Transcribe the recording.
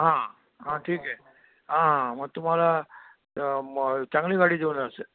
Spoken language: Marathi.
हां हां ठीक आहे हां हां मग तुम्हाला मग चांगली गाडी देऊन असेल